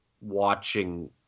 watching